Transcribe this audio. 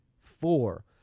four